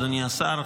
אדוני השר,